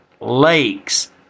Lakes